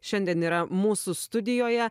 šiandien yra mūsų studijoje